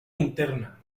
interna